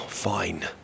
Fine